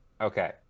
Okay